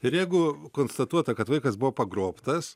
ir jeigu konstatuota kad vaikas buvo pagrobtas